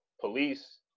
police